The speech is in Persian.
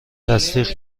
تصدیق